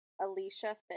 Alicia